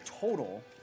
total